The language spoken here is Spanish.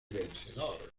vencedor